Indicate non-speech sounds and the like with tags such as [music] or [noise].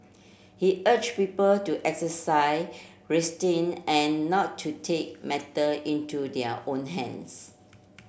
he urge people to exercise [unintelligible] and not to take matter into their own hands